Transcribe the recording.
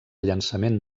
llançament